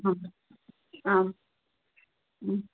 आं